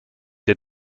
der